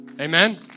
Amen